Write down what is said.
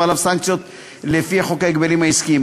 עליו סנקציות לפי חוק ההגבלים העסקיים.